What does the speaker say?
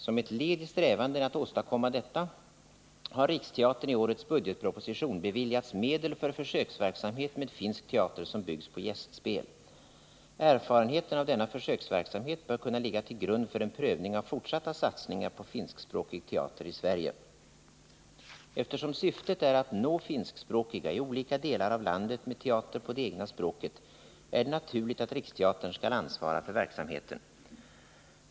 Som ett led i strävandena att åstadkomma detta har Riksteatern i årets budgetproposition beviljats medel för försöksverksamhet med finsk teater som byggs på gästspel. Erfarenheterna av denna försöksverksamhet bör kunna ligga till grund för en prövning av fortsatta satsningar på finskspråkig teater i Sverige. Eftersom syftet är att nå finskspråkiga i olika delar av landet med teater på det egna språket är det naturligt att Riksteatern skall ansvara för verksamheten.